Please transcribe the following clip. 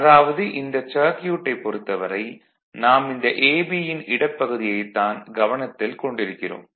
அதாவது இந்தச் சர்க்யூட்டைப் பொறுத்தவரை நாம் இந்த a b யின் இடப்பகுதியைத் தான் கவனத்தில் கொண்டிருக்கிறோம்